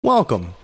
Welcome